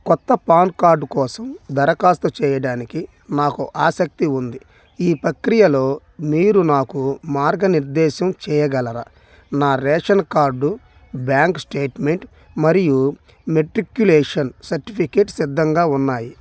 కొత్త PAN card కోసం దరఖాస్తు చెయ్యడానికి నాకు ఆసక్తి ఉంది ఈ ప్రక్రియలో మీరు నాకు మార్గనిర్దేశం చెయ్యగలరా నా రేషన్ కార్డు బ్యాంక్ స్టేట్మెంట్ మరియు మెట్రిక్యులేషన్ సర్టిఫికేట్ సిద్ధంగా ఉన్నాయి